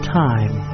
time